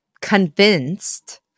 convinced